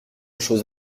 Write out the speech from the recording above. chose